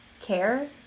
care